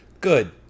good